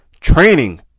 training